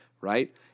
right